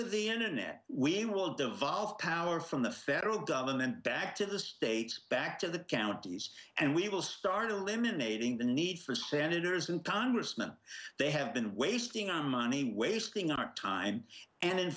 of the internet we will devolve power from the federal government back to the states back to the counties and we will start eliminating the need for senators and congressmen they have been wasting our money wasting our time and in